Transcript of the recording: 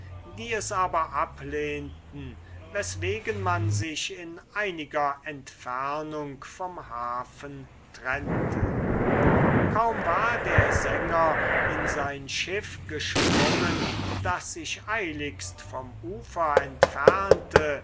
die es aber ablehnten weswegen man sich in einiger entfernung vom hafen trennte kaum war der sänger in sein schiff gesprungen das sich eiligst vom ufer entfernte